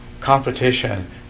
competition